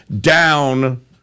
down